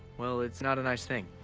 well, it's not a nice thing.